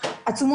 הוא צריך לצאת,